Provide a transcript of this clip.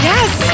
Yes